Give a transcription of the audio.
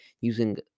using